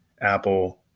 Apple